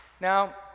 Now